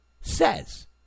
says